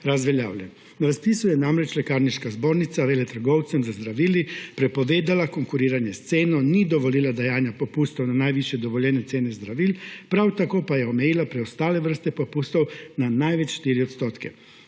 razveljavljen. Na razpisu je namreč Lekarniška zbornica veletrgovcem z zdravili prepovedala konkuriranje s ceno, ni dovolila dajanja popustov na najvišje dovoljene cene zdravil, prav tako pa je omejila preostale vrste popustov na največ 4 %.